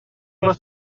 les